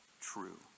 true